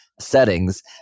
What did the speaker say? settings